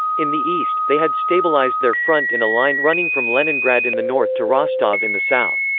in the east, they had stabilized their front in a line running from leningrad in the north to rostov in the south.